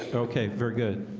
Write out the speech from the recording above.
ah okay, very good,